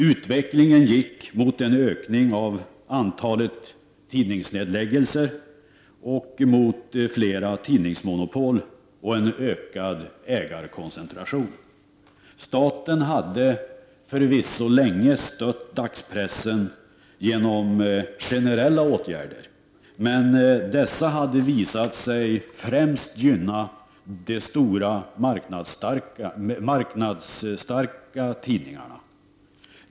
Utvecklingen gick mot en ökning av antalet tidningsnedläggningar, mot fler tidningsmonopol och en ökad ägarkoncentration. Staten hade förvisso länge stött dagspressen genom generella åtgärder. Men dessa hade visat sig gynna främst de stora marknadsstarka tidningarna.